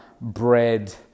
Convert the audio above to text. bread